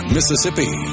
Mississippi